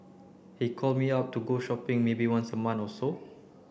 he call me up to go shopping maybe once a month or so